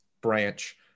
branch